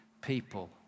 people